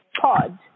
pod